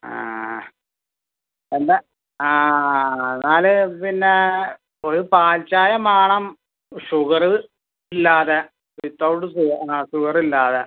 ആ എന്ത് ആ എന്നാൽ പിന്നെ ഒരു പാൽ ചായ വേണം ഷുഗറ് ഇല്ലാതെ വിതൗട്ട് ഷുഗർ ആ ഷുഗറില്ലാതെ